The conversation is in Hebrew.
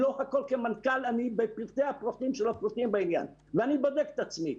אני בפרטי הפרטים ואני בודק את עצמי.